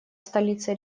столица